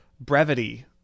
brevity